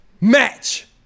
Match